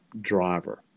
driver